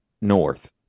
north